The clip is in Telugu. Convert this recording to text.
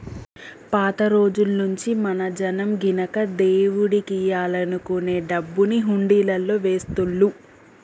పాత రోజుల్నుంచీ మన జనం గినక దేవుడికియ్యాలనుకునే డబ్బుని హుండీలల్లో వేస్తుళ్ళు